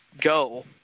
go